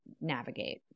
navigate